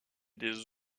des